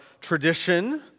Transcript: tradition